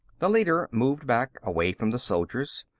the leader moved back, away from the soldiers.